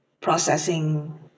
processing